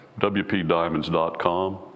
wpdiamonds.com